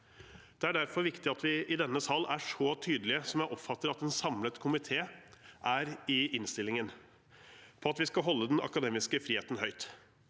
Det er derfor viktig at vi i denne sal er så tydelig, som jeg oppfatter at en samlet komité er i innstillingen, på at vi skal holde den akademiske friheten høyt.